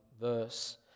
verse